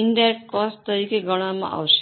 indirect cost તરીકે ગણવામાં આવશે